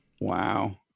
Wow